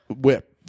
whip